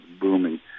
booming